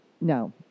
No